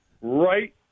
right